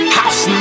house